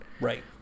Right